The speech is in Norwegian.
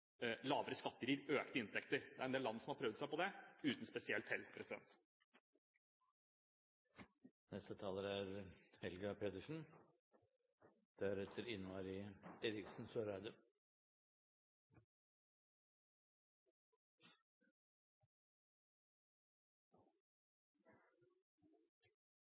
lavere skatter gir økte inntekter. Det er en del land som har prøvd seg på det uten spesielt hell.